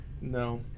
No